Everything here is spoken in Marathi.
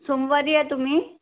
सोमवारी या तुम्ही